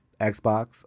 Xbox